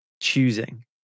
choosing